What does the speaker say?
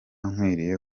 nkwiriye